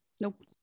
Nope